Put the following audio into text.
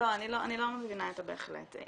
לא, אני לא מבינה את ה'בהחלט'.